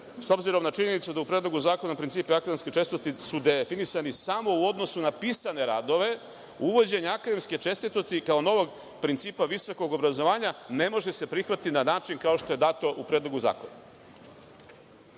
s obzirom na činjenicu da u predlogu zakona principi akademske čestitosti su definisani samo u odnosu na pisane radove, uvođenje akademske čestitosti kao novog principa visokog obrazovanja ne može se prihvatiti na način kao što je dato u predlogu zakona. Kako